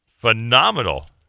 phenomenal